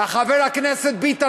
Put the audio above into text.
חבר הכנסת ביטן,